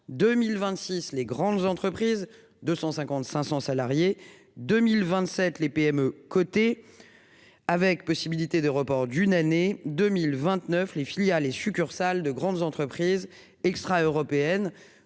2026 les grandes entreprises. 250 500 salariés, 2027 les PME cotées. Avec possibilité de report d'une année 2029 les filiales et succursales de grandes entreprises extra- européenne,